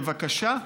בבקשה,